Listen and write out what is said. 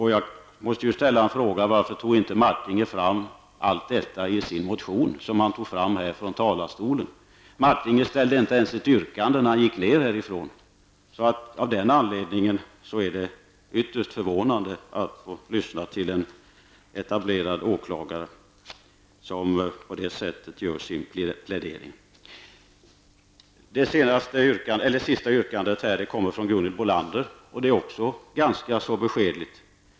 Då måste jag fråga varför inte Jerry Martinger tog fram allt detta i sin motion som han tog fram här i talarstolen. Jerry Martinger ställde inte ens ett yrkande när han gick ner härifrån. Det är ytterst förvånande att få lyssna till en etablerad åklagare som gör sin plädering på det sättet. Det sista yrkandet kommer från Gunhild Bolander och är även det ganska beskedligt.